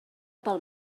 pel